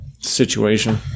situation